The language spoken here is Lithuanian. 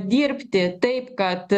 dirbti taip kad